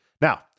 Now